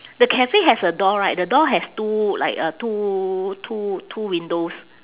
the cafe has a door right the door has two like uh two two two windows